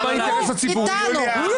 מותר לו להגיב.